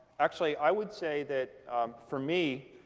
actually, i would say that for me,